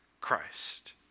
Christ